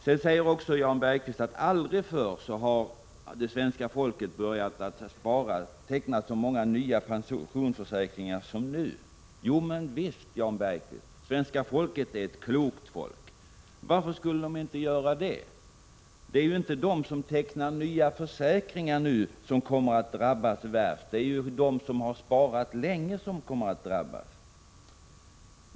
Sedan säger Jan Bergqvist också att det svenska folket aldrig förr har tecknat så många nya pensionsförsäkringar som nu. Jo, men visst — svenska folket är ett klokt folk. Varför skulle människor inte göra det? Det är ju inte de som tecknar nya försäkringar som kommer att drabbas värst utan de som har sparat länge.